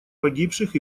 погибших